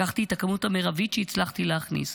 לקחתי את הכמות המרבית שהצלחתי להכניס,